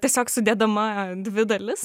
tiesiog sudedama dvi dalis